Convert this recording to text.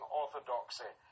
orthodoxy